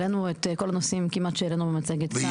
העלינו כמעט את כל הנושאים שהעלינו במצגת כאן.